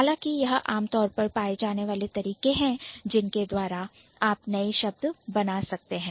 हालांकि यह आमतौर पर पाए जाने वाले तरीके हैं जिनके द्वारा आप नए शब्द बना सकते हैं